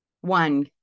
one